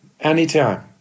anytime